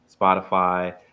Spotify